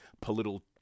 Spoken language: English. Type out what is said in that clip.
political